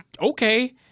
okay